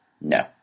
No